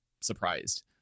surprised